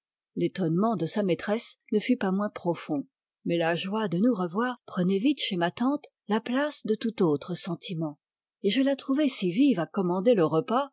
l'étonnement de sa maîtresse ne fut pas moins profond mais la joie de nous revoir prenait vite chez ma tante la place de tout autre sentiment et je la trouvai si vive à commander le repas